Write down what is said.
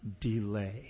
delay